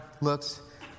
looks